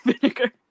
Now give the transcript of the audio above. vinegar